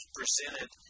presented